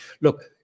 look